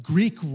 Greek